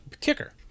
kicker